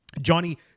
Johnny